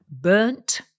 burnt